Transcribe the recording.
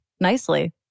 nicely